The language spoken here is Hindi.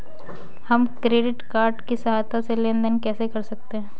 हम क्रेडिट कार्ड की सहायता से लेन देन कैसे कर सकते हैं?